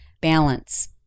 balance